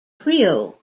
creole